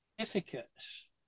certificates